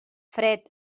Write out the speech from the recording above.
fred